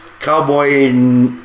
Cowboy